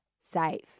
safe